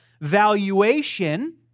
valuation